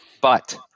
But-